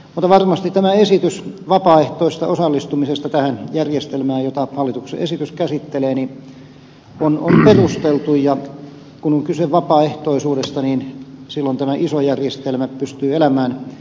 mutta varmasti esitys vapaaehtoisesta osallistumisesta tähän järjestelmään mitä hallituksen esitys käsittelee on perusteltu ja kun on kyse vapaaehtoisuudesta silloin iso järjestelmä pystyy elämään rinnalla